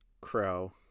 Crow